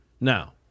Now